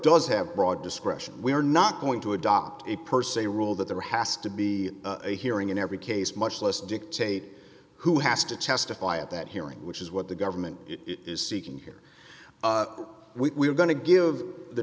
does have broad discretion we are not going to adopt a per se rule that there has to be a hearing in every case much less dictate who has to testify at that hearing which is what the government is seeking here we are going to give the